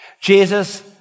Jesus